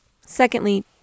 secondly